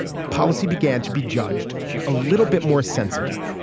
policy began to be judged a little bit more sensibly.